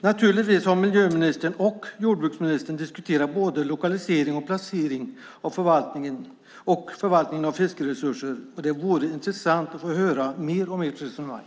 Naturligtvis har miljöministern och jordbruksministern diskuterat både lokaliseringen av förvaltningen och förvaltningen av fiskeresurser. Det vore intressant att få höra mer om ert resonemang.